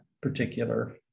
particular